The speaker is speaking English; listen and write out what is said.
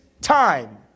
time